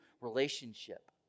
relationship